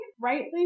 Rightly